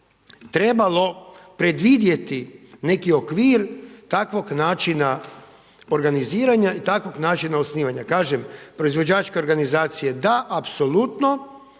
trebalo predvidjeti neki okvir takvog načina organiziranja i takvog načina osnivanja. Kaže proizvođačke organizacije da, apsolutno,